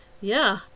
Yeah